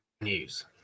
News